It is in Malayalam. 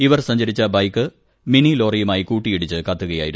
ഇവർ സഞ്ചരിച്ച ബൈക്ക് മിനിലോറിയുമായി കൂട്ടിയിടിച്ച് കത്തുകയായിരുന്നു